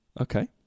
Okay